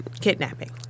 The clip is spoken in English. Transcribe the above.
Kidnapping